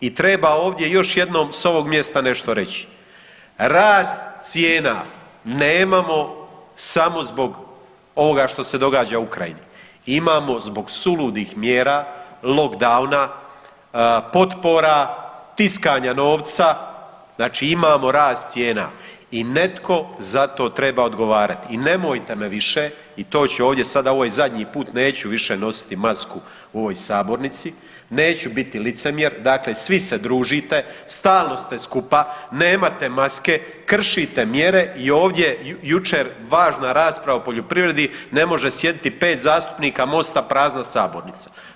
I treba ovdje još jednom s ovog mjesta nešto reći, rast cijena nemamo samo zbog ovoga što se događa u Ukrajini, imamo zbog suludih mjera, lockdowna, potpora, tiskanja novca, znači imamo rast cijena i netko za to treba odgovarati i nemojte me više, i to ću ovdje sada, ovo je zadnji put, neću više nositi masku u ovoj sabornici, neću biti licemjer, dakle svi družite, stalno ste skupa, nemate maske, kršite mjere i ovdje jučer važna rasprava o poljoprivredi, ne može sjediti 5 zastupnika Mosta, prazna sabornica.